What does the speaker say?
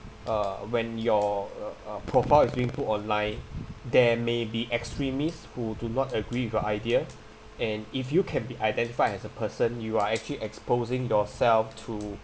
uh when your uh uh profile is being put online there may be extremist who do not agree with your idea and if you can be identified as a person you are actually exposing yourself to